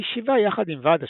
הישיבה יחד עם ועד השכונה,